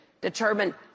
determine